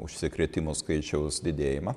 užsikrėtimų skaičiaus didėjimą